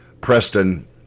Preston